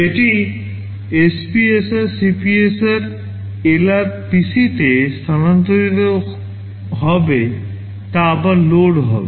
এটি SPSR CPSR LR PCতে স্থানান্তরিত হবে তা আবার লোড হবে